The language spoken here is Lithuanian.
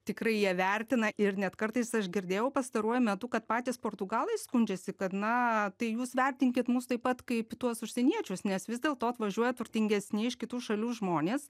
tikrai jie vertina ir net kartais aš girdėjau pastaruoju metu kad patys portugalai skundžiasi kad na tai jūs vertinkit mus taip pat kaip tuos užsieniečius nes vis dėlto atvažiuoja turtingesni iš kitų šalių žmonės